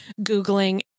Googling